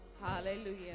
Hallelujah